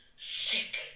sick